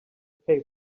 pay